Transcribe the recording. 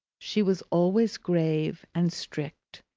she was always grave and strict.